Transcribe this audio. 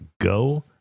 go